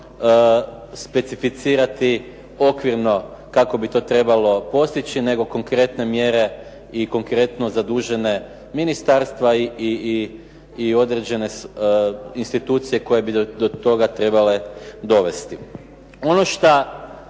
dovoljno specificirati okvirno kako bi to trebalo postići, nego konkretne mjere i konkretno zadužene ministarstva i određene institucije koje bi do toga trebale dovesti.